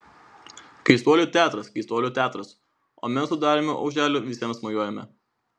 keistuolių teatras keistuolių teatras o mes su dariumi auželiu visiems mojuojame